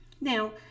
Now